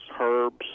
herbs